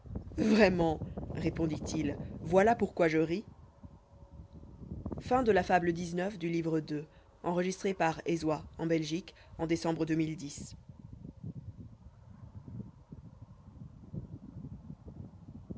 vraiment répondit-il voilà pourquoi je ris